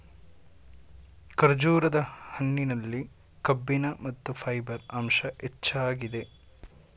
ಖರ್ಜೂರದ ಹಣ್ಣಿನಲ್ಲಿ ಕಬ್ಬಿಣ ಮತ್ತು ಫೈಬರ್ ಅಂಶ ಹೆಚ್ಚಾಗಿದೆ